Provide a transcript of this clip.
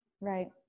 right